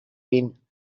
been